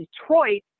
Detroit